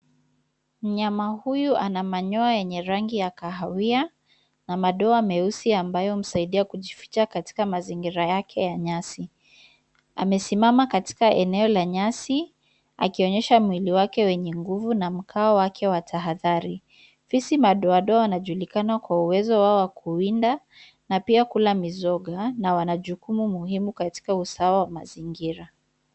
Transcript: Mnyama huyu ana manyoya yenye rangi ya kahawia na madoa meusi ambayo msaidia kujificha katika mazingira yake ya nyasi, amesimama katika eneo la nyasi, akionyesha mwili wake wenye nguvu, na mkao wake wa tahadhari. Fisi madoadoa wanajulikana kwa uwezo wao wa kuwinda na pia kula mizoga na wana jukumu muhimu katika usawa wa mazingira.